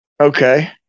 Okay